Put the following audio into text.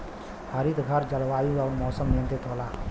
हरितघर जलवायु आउर मौसम नियंत्रित होला